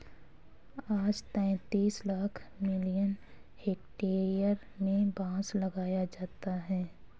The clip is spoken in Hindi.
आज तैंतीस लाख मिलियन हेक्टेयर में बांस लगाया जाता है